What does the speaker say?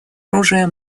оружия